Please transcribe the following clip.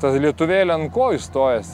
ta lietuvėlė ant kojų stojasi